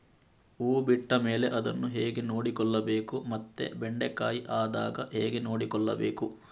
ಹೂ ಬಿಟ್ಟ ಮೇಲೆ ಅದನ್ನು ಹೇಗೆ ನೋಡಿಕೊಳ್ಳಬೇಕು ಮತ್ತೆ ಬೆಂಡೆ ಕಾಯಿ ಆದಾಗ ಹೇಗೆ ನೋಡಿಕೊಳ್ಳಬೇಕು?